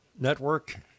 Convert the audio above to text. network